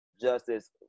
justice